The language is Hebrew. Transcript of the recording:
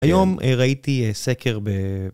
היום ראיתי סקר ב...